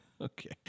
okay